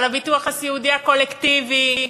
על הביטוח הסיעודי הקולקטיבי,